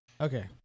Okay